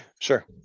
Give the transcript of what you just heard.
sure